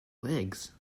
legs